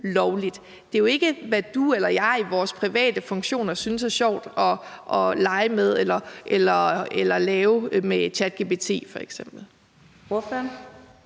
Det handler jo ikke om, hvad du eller jeg i vores private funktioner synes er sjovt at lege med eller lave noget